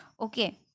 Okay